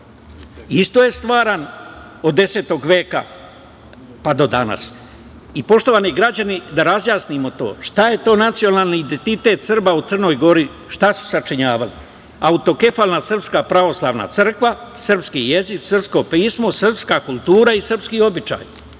isto je stvaran od 10. veka pa do danas. Poštovani građani, da razjasnimo to, šta je to nacionalni identitet Srba u Crnoj Gori, šta su sačinjavali? Autokefalna SPC, srpski jezik, srpsko pismo, srpska kultura i srpski običaji.